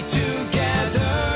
together